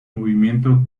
movimiento